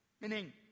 Meaning